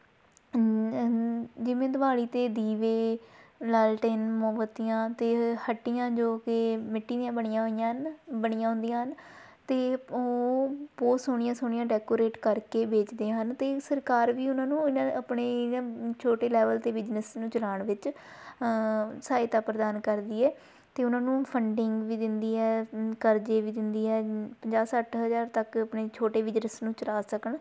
ਜਿਵੇਂ ਦੀਵਾਲੀ 'ਤੇ ਦੀਵੇ ਲਾਲਟੇਨ ਮੋਮਬੱਤੀਆਂ ਅਤੇ ਹੱਟੀਆਂ ਜੋ ਕਿ ਮਿੱਟੀ ਦੀਆਂ ਬਣੀਆਂ ਹੋਈਆਂ ਹਨ ਬਣੀਆਂ ਹੁੰਦੀਆਂ ਹਨ ਅਤੇ ਉਹ ਬਹੁਤ ਸੋਹਣੀਆਂ ਸੋਹਣੀਆਂ ਡੈਕੋਰੇਟ ਕਰਕੇ ਵੇਚਦੇ ਹਨ ਅਤੇ ਸਰਕਾਰ ਵੀ ਉਹਨਾਂ ਨੂੰ ਇਹਨਾਂ ਆਪਣੇ ਛੋਟੇ ਲੈਵਲ 'ਤੇ ਬਿਜਨਸ ਨੂੰ ਚਲਾਉਣ ਵਿੱਚ ਸਹਾਇਤਾ ਪ੍ਰਦਾਨ ਕਰਦੀ ਹੈ ਅਤੇ ਉਹਨਾਂ ਨੂੰ ਫੰਡਿੰਗ ਵੀ ਦਿੰਦੀ ਹੈ ਕਰਜ਼ੇ ਵੀ ਦਿੰਦੀ ਹੈ ਪੰਜਾਹ ਸੱਠ ਹਜ਼ਾਰ ਤੱਕ ਆਪਣੇ ਛੋਟੇ ਬਿਜਨਸ ਨੂੰ ਚਲਾ ਸਕਣ